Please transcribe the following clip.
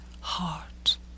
heart